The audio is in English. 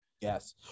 yes